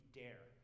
dare